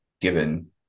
given